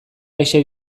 aise